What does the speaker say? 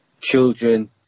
children